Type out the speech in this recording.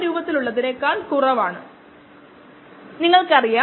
26 മില്ലിമോളറായി മാറുന്നു